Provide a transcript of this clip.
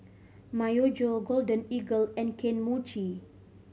Myojo Golden Eagle and Kane Mochi